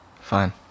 Fine